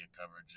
coverage